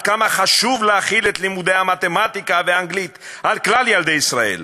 כמה חשוב להחיל את לימודי המתמטיקה והאנגלית על כלל ילדי ישראל,